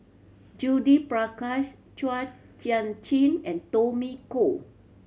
Judith Prakash Chua Sian Chin and Tommy Koh